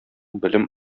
белем